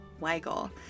weigel